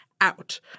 out